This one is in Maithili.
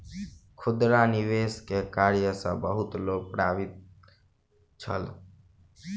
खुदरा निवेश के कार्य सॅ बहुत लोक प्रभावित छल